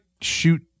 shoot –